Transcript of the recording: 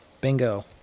Bingo